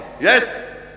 Yes